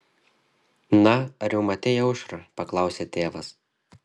na ar jau matei aušrą paklausė tėvas